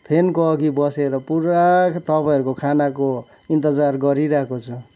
फेनको अघि बसेर पुरा तपाईँहरूको खानाको इन्तजार गरिरहेको छु